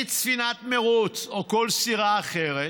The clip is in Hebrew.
משיט ספינת מרוץ או כל סירה אחרת,